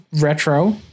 retro